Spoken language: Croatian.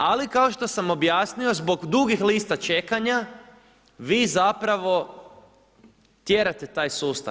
Ali kao što sam objasnio zbog dugih lista čekanja vi zapravo tjerate taj sustav.